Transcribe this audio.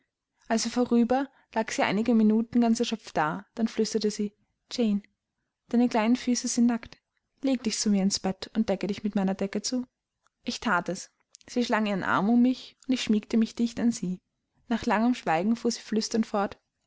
er vorüber lag sie einige minuten ganz erschöpft da dann flüsterte sie jane deine kleinen füße sind nackt lege dich zu mir ins bett und decke dich mit meiner decke zu ich that es sie schlang ihren arm um mich und ich schmiegte mich dicht an sie nach langem schweigen fuhr sie flüsternd fort